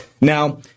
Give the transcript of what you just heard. Now